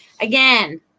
again